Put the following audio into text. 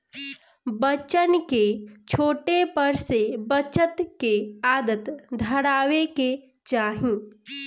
बच्चन के छोटे पर से बचत के आदत धरावे के चाही